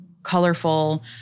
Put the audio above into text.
colorful